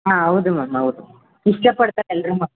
ಹಾಂ ಹೌದು ಮ್ಯಾಮ್ ಹೌದು ಇಷ್ಟಪಡ್ತಾರೆ ಎಲ್ಲರೂ